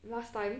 last time